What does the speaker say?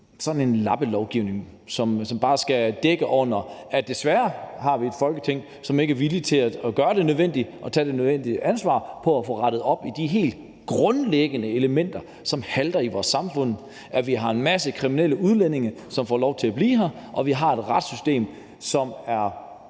sådan en lappelovgivning, som bare skal dække over, at vi desværre har et Folketing, som ikke er villigt til at gøre det nødvendige og tage det nødvendige ansvar for at få rettet op på de helt grundlæggende elementer, som halter i vores samfund, nemlig at vi har en masse kriminelle udlændinge, som får lov til at blive her, og at vi har et retssystem, som er